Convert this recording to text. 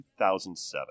2007